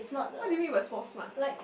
what do you mean by small smart